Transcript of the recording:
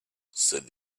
said